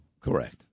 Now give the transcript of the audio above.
Correct